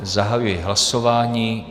Zahajuji hlasování.